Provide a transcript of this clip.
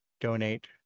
donate